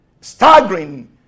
staggering